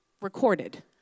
recorded